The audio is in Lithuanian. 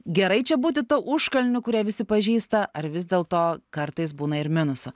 gerai čia būti tuo užkalniu kurie visi pažįsta ar vis dėlto kartais būna ir minusų